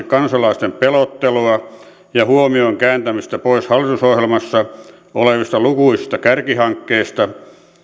kansalaisten pelottelua ja huomion kääntämistä pois hallitusohjelmassa olevista lukuisista kärkihankkeista